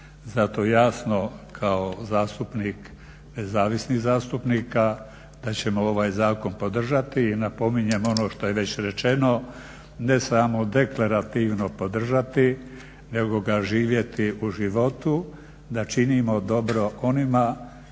Zato jasno kao zastupnik, nezavisni zastupnika da ćemo ovaj zakon podržati i napominjem ono što je već rečeno ne samo deklarativno podržati nego ga živjeti u životu da činimo dobro onima